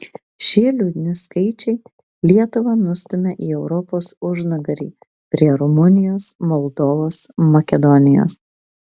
šie liūdni skaičiai lietuvą nustumia į europos užnugarį prie rumunijos moldovos makedonijos